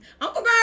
Uncle